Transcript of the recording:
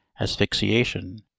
asphyxiation